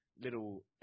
little